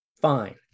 fine